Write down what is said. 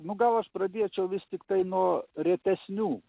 nu gal aš pradėčiau vis tiktai nuo retesnių